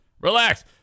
relax